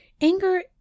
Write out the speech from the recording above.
Anger